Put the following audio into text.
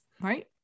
Right